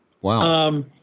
Wow